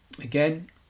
Again